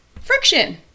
friction